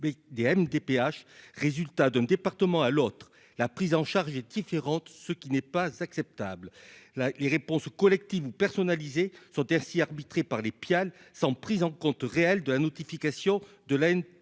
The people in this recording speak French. des BD MDPH, résultat d'un département à l'autre, la prise en charge est différente, ce qui n'est pas acceptable là les réponses collectives ou personnalisés sont si arbitré par les pial sans prise en compte réelle de la notification de la haine